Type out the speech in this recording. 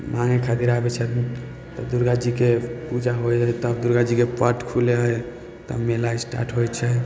माँगय खातिर आबय छथिन तऽ दुर्गा जीके पूजा होइ हइ तब दुर्गा जीके पट खुलइ हइ तऽ मेला स्टार्ट होइ छै